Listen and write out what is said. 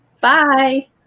bye